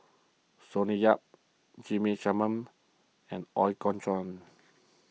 Sonny Yap G P Selvam and Ooi Kok Chuen